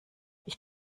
ich